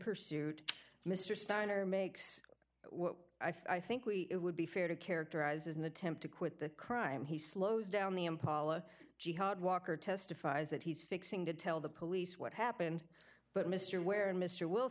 pursuit of mr steiner makes what i think we would be fair to characterize as an attempt to quit the crime he slows down the impala jihad walker testifies that he's fixing to tell the police what happened but mr ware and mr